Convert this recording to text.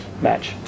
match